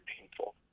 painful